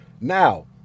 now